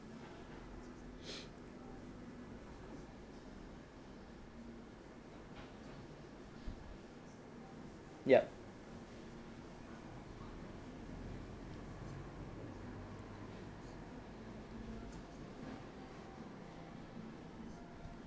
yup